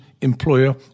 employer